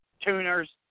tuners